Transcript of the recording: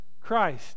christ